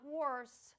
worse